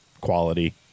quality